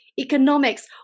economics